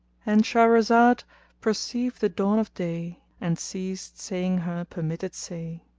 and shahrazad perceived the dawn of day and ceased saying her permitted say.